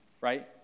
right